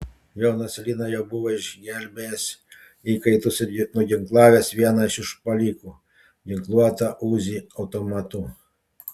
jonas lina jau buvo išgelbėjęs įkaitus ir nuginklavęs vieną iš užpuolikų ginkluotą uzi automatu